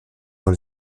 dans